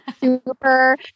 super